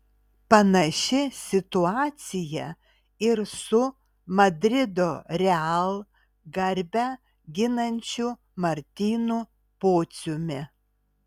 panaši situacija ir su madrido real garbę ginančiu martynu pociumi